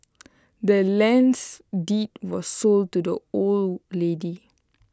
the land's deed was sold to the old lady